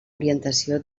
orientació